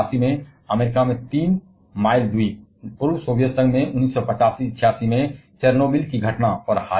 1979 में अमेरिका में तीन माइल द्वीप पूर्व सोवियत संघ में 1985 या 86 में चेरनोबिल की घटना